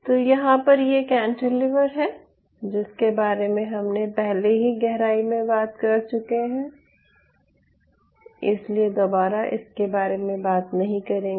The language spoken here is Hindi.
तो यहां पर ये कैंटीलीवर है जिसके बारे में हम पहले ही गहराई में बात कर चुके हैं इसलिए दोबारा इसके बारे में बात नहीं करेंगे